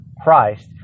Christ